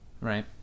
right